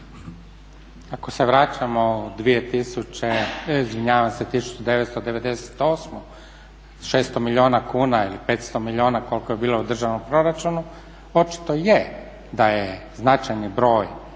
Ako se vraćamo u 1998. 600 milijuna kuna ili 500 milijuna koliko je bilo u državnom proračunu očito je da je značajni broj